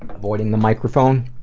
avoiding the microphone.